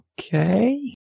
Okay